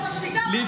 בחייך.